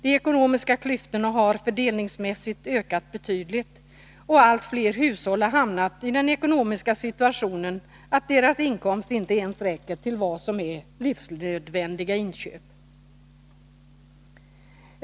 De ekonomiska klyftorna har fördelningsmässigt ökat betydligt, och allt fler hushåll har hamnat i den ekonomiska situationen att deras inkomst inte ens räcker till vad som är livsnödvändiga inköp.